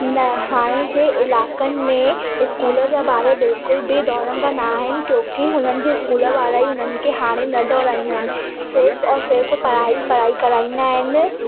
न हाणे जे इलाइक़नि में इस्कूल जा ॿार बिल्कुल बि दौड़ंदा न आहिनि क्योकी हुननि जे इस्कूल वारा ई उनन खे हाणे न दौड़ाईंदा आहिनि सिर्फ़ु और सिर्फ़ु पढ़ाई पढ़ाई कराईंदा आहिनि